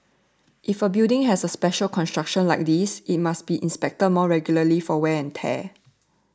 if a building has a special construction like this it must be inspected more regularly for wear and tear